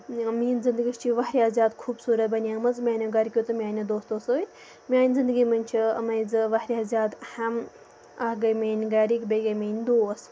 میٲنۍ زِندگی چھِ واریاہ زیادٕ خوٗبصوٗرت بَنیمٕژ میٲنیو گرِکٮ۪و تہٕ میٲنٮ۪و دوستو سۭتۍ میانہِ زِندگی منٛز چھِ یِمے زٕ واریاہ زیادٕ اَہم اکھ گٔے میٲنۍ گرِکۍ بیٚیہِ گٔے میٲنۍ دوس